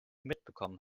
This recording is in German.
mitbekommen